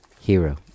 Hero